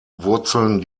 wurzeln